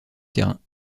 terrain